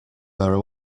very